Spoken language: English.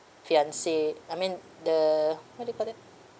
fiance I mean the what do you call that